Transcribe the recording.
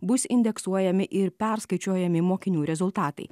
bus indeksuojami ir perskaičiuojami mokinių rezultatai